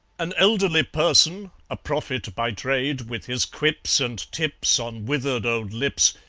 an elderly person a prophet by trade with his quips and tips on withered old lips,